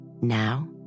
Now